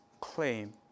claim